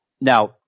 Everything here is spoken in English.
now